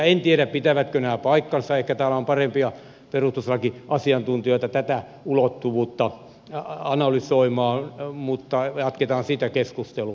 en tiedä pitävätkö nämä paikkaansa ehkä täällä on parempia perustuslakiasiantuntijoita tätä ulottuvuutta analysoimaan mutta jatketaan siitä keskustelua